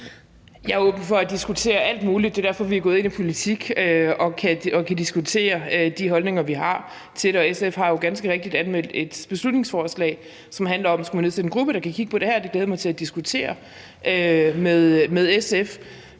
Jeg er åben for at diskutere alt muligt. Det er derfor, vi er gået ind i politik – så vi kan diskutere de holdninger, vi har. Og SF har jo ganske rigtigt anmeldt et beslutningsforslag, som handler om at nedsætte en gruppe, der kan kigge på det her, og det glæder jeg mig til at diskutere med SF.